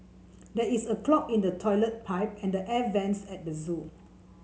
there is a clog in the toilet pipe and the air vents at the zoo